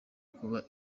kuba